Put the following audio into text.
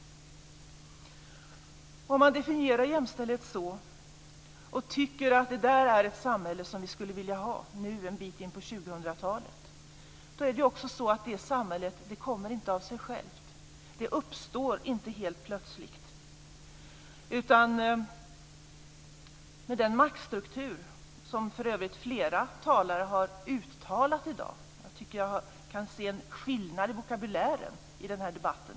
Om vi definierar jämställdhet så här och tycker att det här är ett samhälle som vi skulle vilja ha nu en bit in på 2000-talet vill jag säga att det samhället inte kommer av sig självt. Det uppstår inte helt plötsligt. Flera talare har talat om maktstrukturen i dag. Jag tycker att jag kan höra en skillnad i vokabulären i den här debatten.